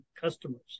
customers